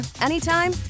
anytime